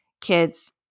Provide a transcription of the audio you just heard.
kids